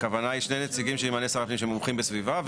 הכוונה היא שני נציגים שימנה שר הפנים שמומחים בסביבה,